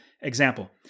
example